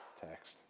text